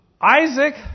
Isaac